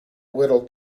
little